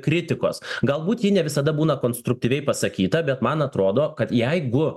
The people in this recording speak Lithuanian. kritikos galbūt ji ne visada būna konstruktyviai pasakyta bet man atrodo kad jeigu